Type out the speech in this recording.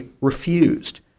refused